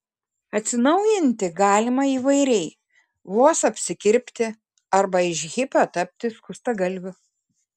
atsinaujinti galima įvairiai vos apsikirpti arba iš hipio tapti skustagalviu